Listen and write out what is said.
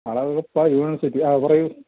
Alagappa university അ പറയൂ